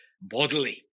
bodily